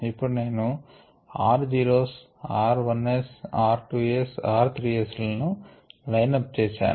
ఇప్పుడు నేను r zeros r 1s r 2s r 3s లను లైన్ అప్ చేసాను